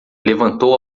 levantou